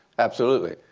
absolutely.